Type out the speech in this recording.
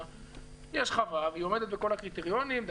יש חווה והיא עומדת בכל הקריטריונים,